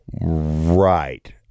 Right